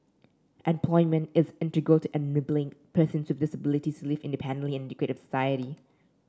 employment is integral to enabling persons with disabilities live independently and integrate with society